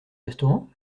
restaurant